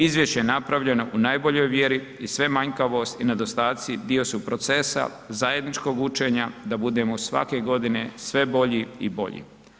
Izvješće je napravljeno u najboljoj vjeri i sve manjkavost i nedostaci dio su procesa zajedničkog učenja da budemo svake godine sve bolji i bolji.